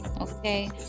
Okay